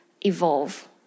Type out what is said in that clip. evolve